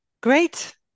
great